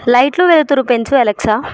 లైట్లు వెలుతురు పెంచు అలెక్సా